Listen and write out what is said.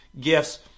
gifts